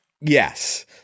Yes